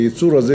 היצור הזה,